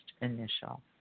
initial